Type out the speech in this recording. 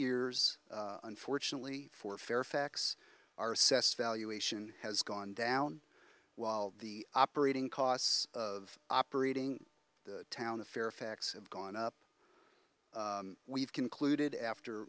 years unfortunately for fairfax are assessed valuation has gone down while the operating costs of operating the town the fairfax have gone up we've concluded after